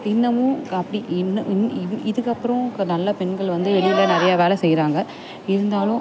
இன்னமும் அப்படி இன்ன இந்த இது இதுக்கப்புறம் நல்ல பெண்கள் வந்து வெளியில் நிறைய வேலை செய்கிறாங்க இருந்தாலும்